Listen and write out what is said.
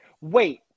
Wait